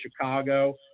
Chicago